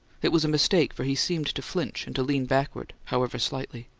it was a mistake, for he seemed to flinch, and to lean backward, however, slightly.